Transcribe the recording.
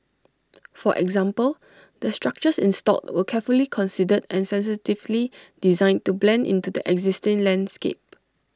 for example the structures installed were carefully considered and sensitively designed to blend into the existing landscape